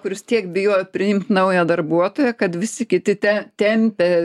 kuris tiek bijojo priimt naują darbuotoją kad visi kiti te tempė